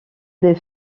des